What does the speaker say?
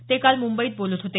ते काल मुंबईत बोलत होते